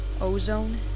ozone